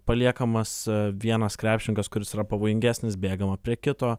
paliekamas vienas krepšininkas kuris yra pavojingesnis bėgama prie kito